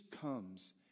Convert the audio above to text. comes